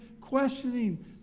questioning